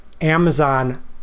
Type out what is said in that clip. Amazon